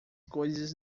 coisas